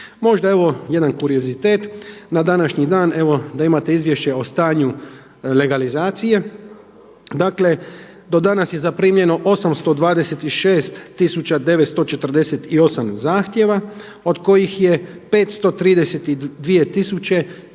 Možda evo jedan kuriozitet, na današnji dan evo da imate izvješće o stanju legalizacije dakle, do danas je zaprimljeno 826 tisuća 948 zahtjeva od kojih je 532